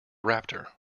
raptor